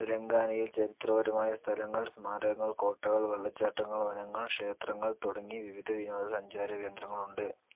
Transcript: തെലങ്കാനയിൽ ചരിത്രപരമായ സ്ഥലങ്ങൾ സ്മാരകങ്ങൾ കോട്ടകൾ വെള്ളച്ചാട്ടങ്ങൾ വനങ്ങൾ ക്ഷേത്രങ്ങൾ തുടങ്ങി വിവിധ വിനോദസഞ്ചാര കേന്ദ്രങ്ങളുണ്ട്